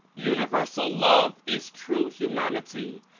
universal love is true humanity.